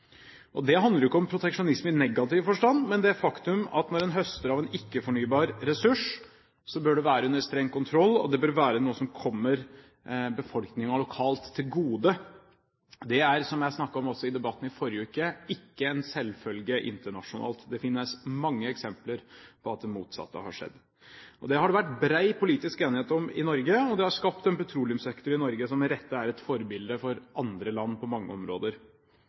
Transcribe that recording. innenlands. Det handler jo ikke om proteksjonisme i negativ forstand, men om det faktum at når en høster av en ikke-fornybar ressurs, bør det være under streng kontroll, og det bør være noe som kommer befolkningen lokalt til gode. Det er – som jeg også snakket om i debatten i forrige uke – ikke en selvfølge internasjonalt. Det finnes mange eksempler på at det motsatte har skjedd. Dette har det vært bred politisk enighet om i Norge, og det har skapt en petroleumssektor som, med rette, på mange områder er et forbilde for andre land.